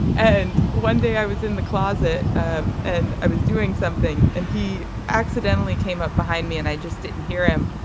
and one day i was in the closet um and i was doing something and he accidentally came up behind me and i just didn't hear him.